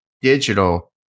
digital